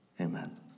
Amen